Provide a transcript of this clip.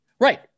right